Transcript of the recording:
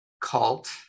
cult